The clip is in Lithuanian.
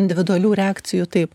individualių reakcijų taip